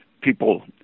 people